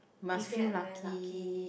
we get very lucky